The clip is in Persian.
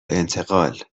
انتقال